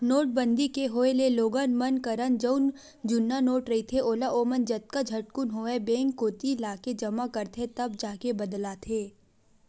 नोटबंदी के होय ले लोगन मन करन जउन जुन्ना नोट रहिथे ओला ओमन जतका झटकुन होवय बेंक कोती लाके जमा करथे तब जाके बदलाथे